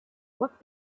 what